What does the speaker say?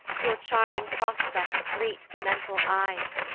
nor charming prospects greet the mental eyes,